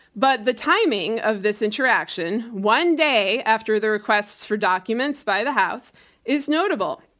but the timing of this interaction one day after the requests for documents by the house is notable.